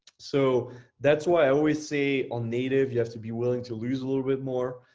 so that's why i always say on native, you have to be willing to lose a little bit more.